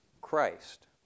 Christ